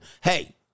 Hey